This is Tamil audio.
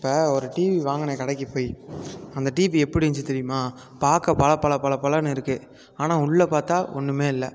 இப்போ ஒரு டிவி வாங்கினேன் கடைக்கு போய் அந்த டிவி எப்படி இருந்துச்சி தெரியுமா பார்க்க பள பள பள பளன்னு இருக்குது ஆனால் உள்ளே பார்த்தா ஒன்றுமே இல்லை